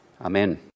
Amen